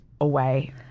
away